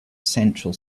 central